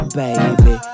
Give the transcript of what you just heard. baby